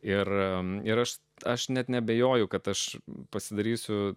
ir ir aš aš net neabejoju kad aš pasidarysiu